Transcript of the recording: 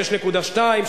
6.2,